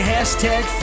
Hashtag